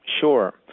Sure